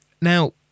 now